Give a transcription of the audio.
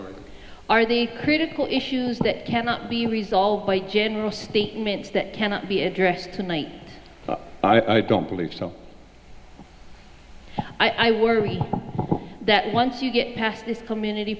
these critical issues that cannot be resolved by general statements that cannot be addressed tonight i don't believe so i worry that once you get past this community